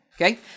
Okay